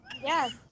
Yes